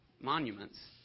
monuments